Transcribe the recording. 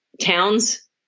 towns